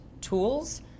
tools